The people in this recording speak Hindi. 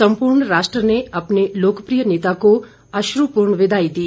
संपूर्ण राष्ट्र ने अपने लोकप्रिय नेता को अश्रुपूर्ण विदाई दी